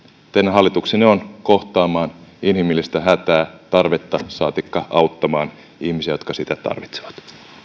hallituksenne on kohtaamaan inhimillistä hätää tarvetta saatikka auttamaan ihmisiä joka sitä tarvitsevat